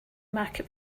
market